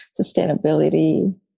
Sustainability